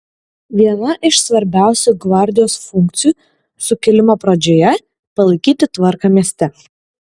viena iš svarbiausių gvardijos funkcijų sukilimo pradžioje palaikyti tvarką mieste